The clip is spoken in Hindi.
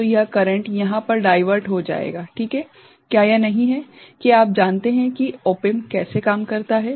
तो यह करंट यहाँ पर डाइवर्ट हो जाएगा ठीक है क्या यह नहीं है कि आप जानते हैं कि ऑप एम्प कैसे काम करता है